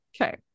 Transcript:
Okay